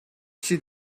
she